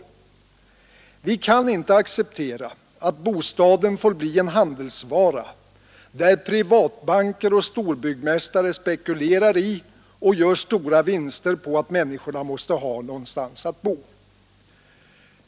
Vi kan inte acceptera att bostaden blir en handelsvara, där privatbanker och storbyggmästare spekulerar i och gör stora vinster på att människorna måste ha någonstans att bo.